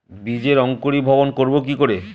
বীজের অঙ্কোরি ভবন করব কিকরে?